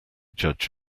judge